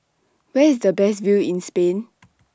Where IS The Best View in Spain